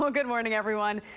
ah good morning, everyone.